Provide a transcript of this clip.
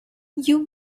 you